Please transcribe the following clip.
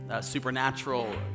supernatural